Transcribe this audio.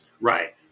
Right